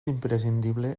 imprescindible